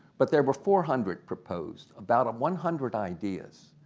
but there were four hundred proposed, about one hundred ideas.